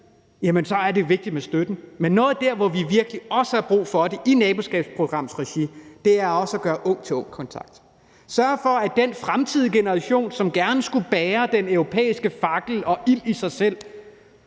mere, er vigtigt, men noget af det, som vi virkelig også har brug for i naboskabsprogramsregi, er ung til ung-kontakten og at sørge for, at den fremtidige generation, som gerne skulle bære den europæiske fakkel og ild i sig,